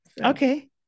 Okay